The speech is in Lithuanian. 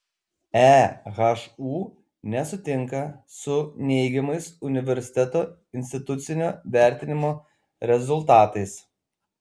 ehu nesutinka su neigiamais universiteto institucinio vertinimo rezultatais